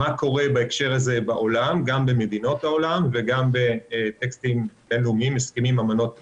מה קורה בהקשר הזה במדינות העולם וגם בהסכמים ואמנות בין-לאומיות.